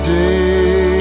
day